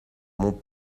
mon